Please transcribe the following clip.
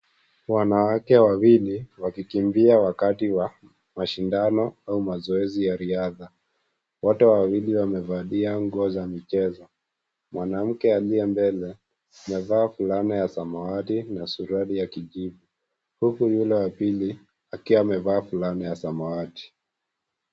Wanawake wawili, wakikimbia wakati wa mashindano au mazoezi ya riadha. Wote wawili wamevalia nguo za michezo. Mwanamke aliye mbele, amevaa fulana ya samawati na suruali ya kijivu, huku yule wa pili akiwa amevaa fulani ya samawati.